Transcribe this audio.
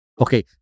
Okay